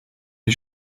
die